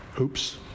Oops